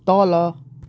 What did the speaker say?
तल